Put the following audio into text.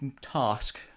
task